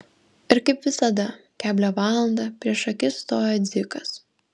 ir kaip visada keblią valandą prieš akis stojo dzikas